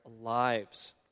lives